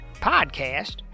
Podcast